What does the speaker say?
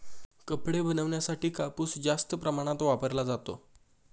कपडे बनवण्यासाठी कापूस जास्त प्रमाणात वापरला जातो